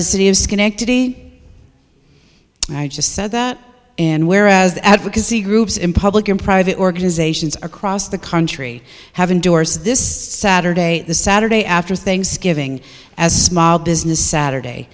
a city of schenectady i just said that and whereas the advocacy groups in public and private organizations across the country have endorsed this saturday the saturday after thanksgiving as a small business saturday